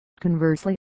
Conversely